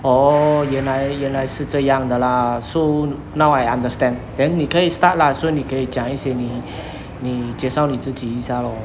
orh 原来原来是这样的 lah so now I understand then 你可以 start lah 说你可以讲一些你你介绍你自己一下 lor